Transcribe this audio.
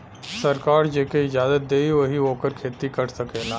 सरकार जेके इजाजत देई वही ओकर खेती कर सकेला